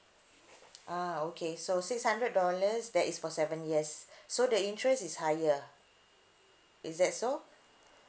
ah okay so six hundred dollars that is for seven years so the interest is higher is that so